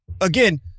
again